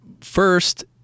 first